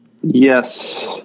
Yes